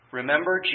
remember